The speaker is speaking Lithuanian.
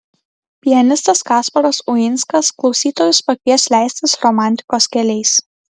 pianistas kasparas uinskas klausytojus pakvies leistis romantikos keliais